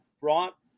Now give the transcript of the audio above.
brought